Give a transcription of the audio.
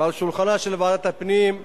ועל שולחנה של ועדת הפנים,